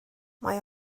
mae